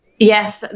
Yes